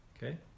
Okay